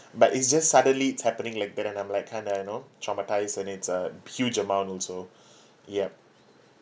but it's just suddenly it's happening like then and I'm like kinda you know traumatised an it's a huge amount also yup